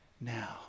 now